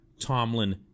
Tomlin